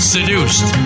Seduced